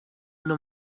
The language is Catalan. una